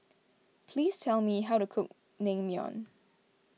please tell me how to cook Naengmyeon